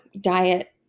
diet